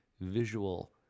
visual